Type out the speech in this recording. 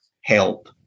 help